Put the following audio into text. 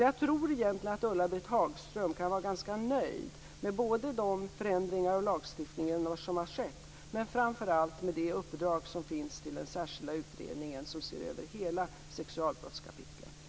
Jag tror egentligen att Ulla-Britt Hagström kan vara ganska nöjd med de förändringar i lagstiftningen som skett och framför allt med uppdraget till den särskilda utredning som ser över hela sexualbrottskapitlet.